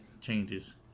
changes